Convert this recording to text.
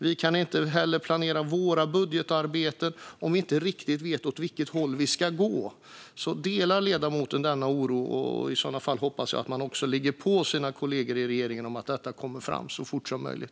Vi kan inte heller planera vårt budgetarbete om vi inte riktigt vet åt vilket håll vi ska gå. Delar ledamoten denna oro? I så fall hoppas jag att hon ligger på sina kollegor i regeringen så att detta kommer fram så fort som möjligt.